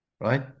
Right